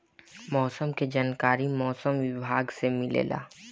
मौसम के जानकारी मौसम विभाग से मिलेला?